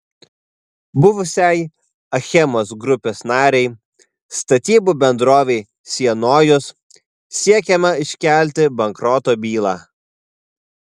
buvusiai achemos grupės narei statybų bendrovei sienojus siekiama iškelti bankroto bylą